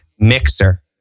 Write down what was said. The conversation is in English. Mixer